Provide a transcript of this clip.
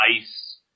ice